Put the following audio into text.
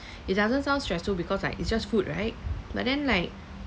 it doesn't sound stressful because like it's just food right but then like